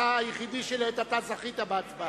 אתה היחיד שלעת עתה זכה בהצבעה.